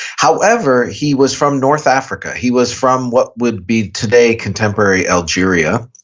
however, he was from north africa. he was from what would be today contemporary algeria.